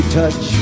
touch